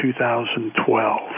2012